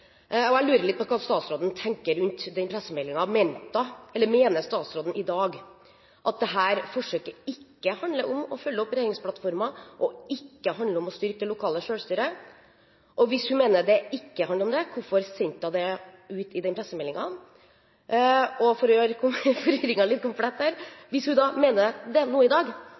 selvstyret». Jeg lurer på hva statsråden tenker rundt den pressemeldingen. Mener statsråden i dag at dette forsøket ikke handler om å følge opp regjeringsplattformen, og ikke handler om å styrke det lokale selvstyret? Og hvis hun mener det ikke handler om det, hvorfor sendte hun det ut i den pressemeldingen? Og – for å gjøre forvirringen komplett her – hvis hun mener det nå i dag,